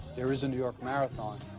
there is a new york marathon.